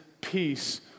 peace